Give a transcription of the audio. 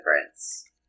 difference